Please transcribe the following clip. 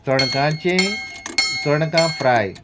चणकांची चणकां फ्राय